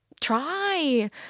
try